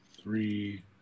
three